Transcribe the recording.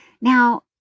Now